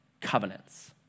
covenants